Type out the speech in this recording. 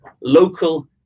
local